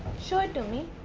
show it to me,